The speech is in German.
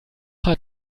hat